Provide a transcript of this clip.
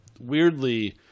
weirdly